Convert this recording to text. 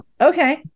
okay